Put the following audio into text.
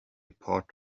part